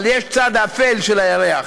אבל יש צד אפל של הירח,